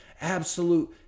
absolute